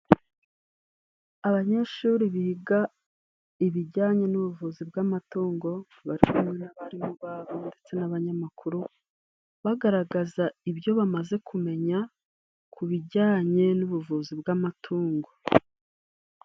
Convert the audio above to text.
Abanyeshuri biga ibijyanye n'ubuvuzi bw'amatungo barikumwe n'abarimu babo ndetse n'abanyamakuru, bagaragaza ibyo bamaze kumenya ku bijyanye n'ubuvuzi bw'amatungo.